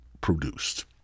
produced